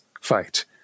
fight